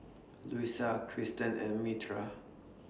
Luisa Christen and Myrta